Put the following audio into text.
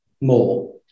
more